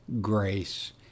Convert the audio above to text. grace